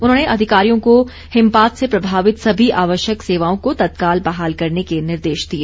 उन्होंने अधिकारियों को हिमपात से प्रभावित सभी आवश्यक सेवाओं को तत्काल बहाल करने के निर्देश दिए